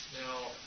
now